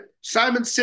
Simon